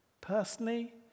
Personally